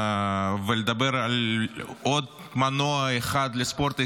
ולדבר על עוד מנוע אחד לספורט הישראלי,